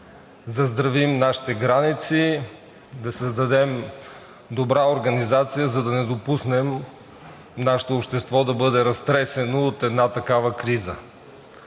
заздравим нашите граници, да създадем добра организация, за да не допуснем нашето общество да бъде разтресено от такава криза.